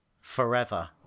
forever